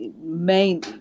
main